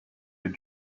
your